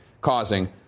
causing